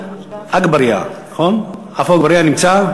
עפו אגבאריה נמצא?